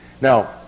Now